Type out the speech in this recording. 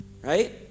Right